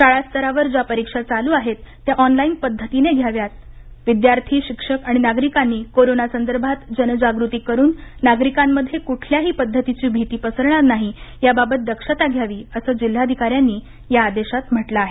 शाळास्तरावर ज्या परीक्षा चालू आहेत त्या ऑनलाईन पद्धतीने घ्याव्यात विद्यार्थी शिक्षक आणि नागरिकांनी कोरोना संदर्भात जनजागृती करून नागरिकांमध्ये क्ठल्या पद्धतीची भीती पसरणार नाही याबाबत दक्षता घ्यावी असं जिल्हाधिकाऱ्यांनी यांनी या आदेशात म्हटलं आहे